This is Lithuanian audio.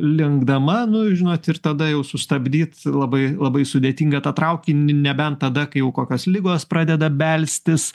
linkdama nu žinot ir tada jau sustabdyt labai labai sudėtinga tą traukinį nebent tada kai jau kokios ligos pradeda belstis